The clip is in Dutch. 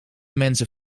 mensen